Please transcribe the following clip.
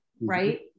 right